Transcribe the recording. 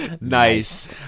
nice